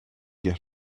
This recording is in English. get